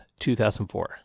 2004